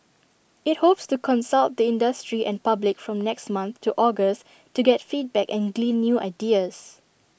IT hopes to consult the industry and public from next month to August to get feedback and glean new ideas